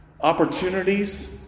opportunities